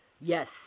Yes